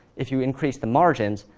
if you increase the margins,